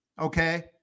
okay